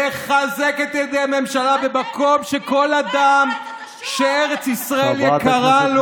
לחזק את ידי הממשלה במקום שכל אדם שארץ ישראל יקרה לו,